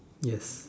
yes